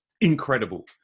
incredible